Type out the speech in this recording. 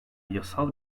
yasal